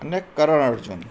અને કરણ અર્જુન